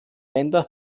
länder